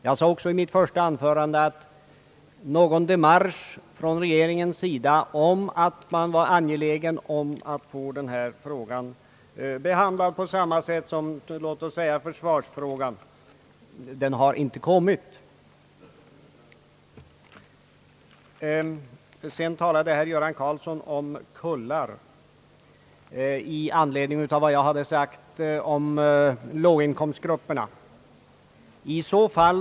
Jag sade också i mitt första anförande att regeringen inte gjort någon demarsch som visade att man var angelägen om att få denna fråga behandlad på samma sätt som låt oss säga försvarsfrågan. Sedan talade herr Göran Karlsson om »kullar» i anledning av vad jag sagt om låginkomstgrupperna, I så fall Ang.